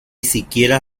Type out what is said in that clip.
siquiera